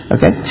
Okay